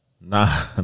Nah